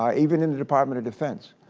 um even in the department of defense,